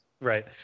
Right